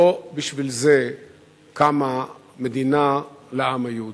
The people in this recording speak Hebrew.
לא בשביל זה קמה מדינה לעם היהודי.